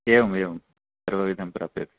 एवम् एवं सर्वविधं प्राप्यते